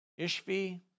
Ishvi